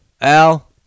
Al